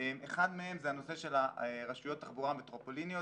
אחד מהם זה הנושא של הרשויות תחבורה המטרופוליניות.